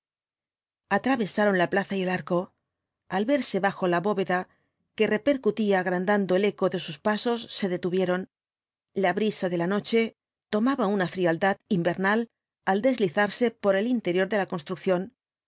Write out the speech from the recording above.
atravesaron la plaza y el arco al verse bajo la bóveda que repercutía agrandado el eco de sus pasos se detuvieron la brisa de la noche tomaba una frialdad invernal al deslizarse por el interior de la construcción